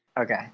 Okay